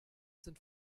sind